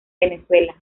venezuela